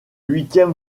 huitième